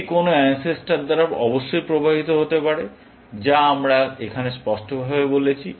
এটা কোন আনসেস্টর দ্বারা অবশ্যই প্রভাবিত হতে পারে যা আমরা এখানে স্পষ্টভাবে বলেছি